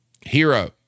Hero